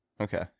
Okay